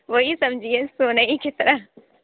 وہی سمجھیے سونے ہی کی طرح